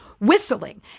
whistling